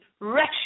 wretched